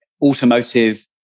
automotive